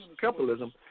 capitalism